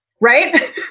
right